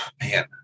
man